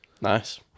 nice